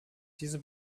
diese